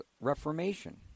reformation